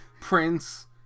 prince